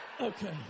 Okay